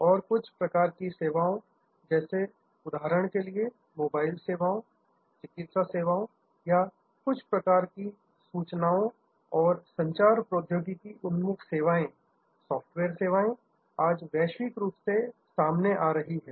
और कुछ प्रकार की सेवाओं जैसे उदाहरण के लिए मोबाइल सेवाओं चिकित्सा सेवाओं या कुछ प्रकार की सूचनाओं और संचार प्रौद्योगिकी उन्मुख सेवाएं सॉफ्टवेयर सेवाएं आज वैश्विक रूप से सामने आ रही है